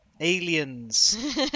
aliens